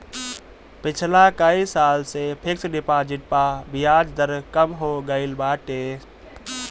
पिछला कई साल से फिक्स डिपाजिट पअ बियाज दर कम हो गईल बाटे